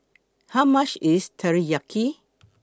How much IS Teriyaki